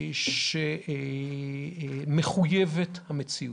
הומניטרית, שמחויבת המציאות.